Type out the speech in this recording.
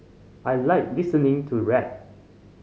I like listening to rap